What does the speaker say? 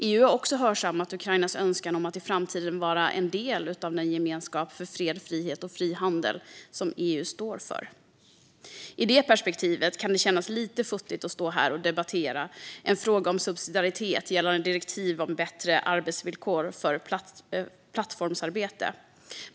EU har också hörsammat Ukrainas önskan om att i framtiden vara en del av den gemenskap för fred, frihet och frihandel som EU står för. I det perspektivet kan det kännas lite futtigt att stå här och debattera en fråga om subsidiaritet gällande direktiv om bättre arbetsvillkor för plattformsarbete.